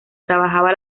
trabajaba